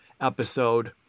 episode